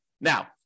Now